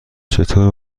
چطور